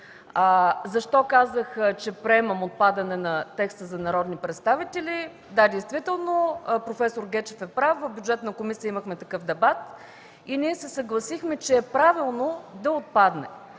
Защо казах, че приемам отпадането на текста за народни представители? Да, действително проф. Гечев е прав – в Бюджетна комисия имахме такъв дебат и се съгласихме, че е правилно текстът да отпадне.